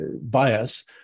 bias